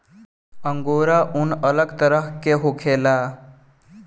angora ऊन अलग तरह के होखेला